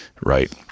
Right